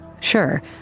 Sure